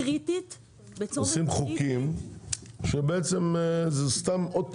עושים חוקים שהם בעצם סתם אות מתה.